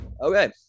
Okay